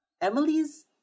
Emily's